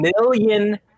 million